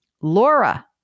Laura